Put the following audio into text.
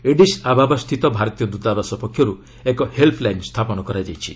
Aedes Ababa ସ୍ଥିତ ଭାରତୀୟ ଦ୍ୱତାବାସ ପକ୍ଷରୁ ଏକ ହେଲପ୍ ଲାଇନ୍ ସ୍ଥାପନ କରାଯାଇଛି